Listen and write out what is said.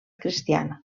cristiana